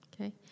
okay